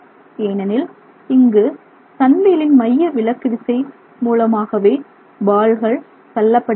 ஏனெனில் இங்கு சன் வீலின் மைய விலக்கு விசை மூலமாகவே பால்கள் தள்ளப்படுகின்றன